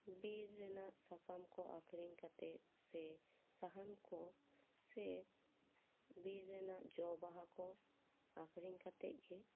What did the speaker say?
ᱵᱤᱨ ᱨᱮᱱᱟᱜ ᱥᱟᱠᱟᱢ ᱠᱚ ᱟᱹᱠᱷᱨᱤᱧ ᱠᱟᱛᱮ ᱥᱮ ᱥᱟᱦᱟᱱ ᱠᱚ ᱥᱮ ᱵᱤᱨ ᱨᱮᱱᱟᱜ ᱡᱚᱼᱵᱟᱦᱟ ᱠᱚ ᱟᱹᱠᱷᱨᱤᱧ ᱠᱟᱛᱮᱜᱮ